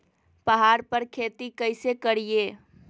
पहाड़ पर खेती कैसे करीये?